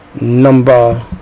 number